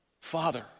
father